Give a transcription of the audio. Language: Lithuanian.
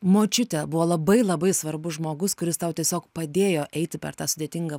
močiutė buvo labai labai svarbus žmogus kuris tau tiesiog padėjo eiti per tą sudėtingą